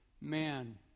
man